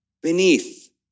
beneath